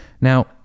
Now